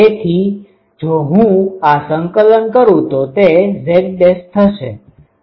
તેથી જો હું આ સંકલન કરું તો તે Z' થશે